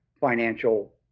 financial